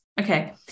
Okay